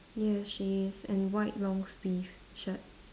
yes she is and white long sleeve shirt